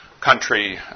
country